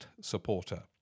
supporter